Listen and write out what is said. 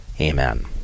Amen